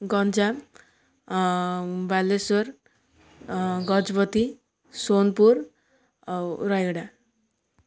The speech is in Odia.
ଗଞ୍ଜାମ ବାଲେଶ୍ୱର ଗଜପତି ସୋନପୁର ଆଉ ରାୟଗଡ଼ା